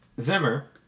Zimmer